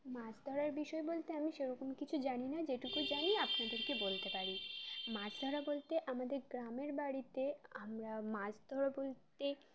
মাছ ধরার বিষয় বলতে আমি সেরকম কিছু জানি না যেটুকু জান আপনাদেরকে বলতে পারি মাছ ধরা বলতে আমাদের গ্রামের বাড়িতে আমরা মাছ ধরা বলতে